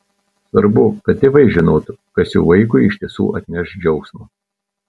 svarbu kad tėvai žinotų kas jų vaikui iš tiesų atneš džiaugsmo